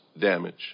damage